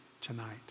tonight